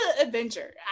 adventure